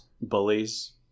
bullies